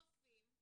צופים,